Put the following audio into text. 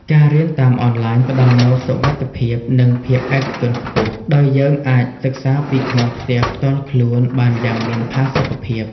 ការរៀនតាមអនឡាញផ្ដល់នូវសុវត្ថិភាព និងភាពឯកជនខ្ពស់ ដោយយើងអាចសិក្សាពីក្នុងផ្ទះផ្ទាល់ខ្លួនបានយ៉ាងមានផាសុកភាព។